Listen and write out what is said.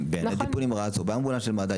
בניידת טיפול נמרץ או באמבולנס של מד"א,